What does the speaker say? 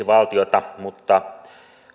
valtiota mutta